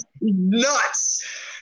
Nuts